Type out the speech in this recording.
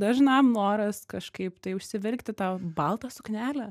dažnam noras kažkaip tai užsivilkti tą baltą suknelę